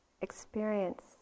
experience